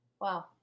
Wow